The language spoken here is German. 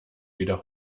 wieder